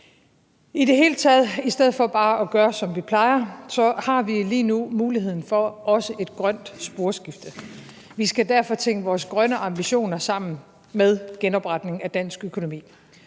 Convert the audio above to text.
i stedet for bare at gøre, som vi plejer – har vi lige nu også muligheden for et grønt sporskifte. Vi skal derfor tænke vores grønne ambitioner sammen med genopretningen af dansk økonomi.